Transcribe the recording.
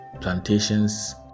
plantations